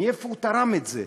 מאיפה הוא תרם את זה?